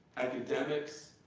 academics,